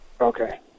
Okay